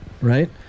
Right